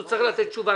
הוא צריך לתת תשובה.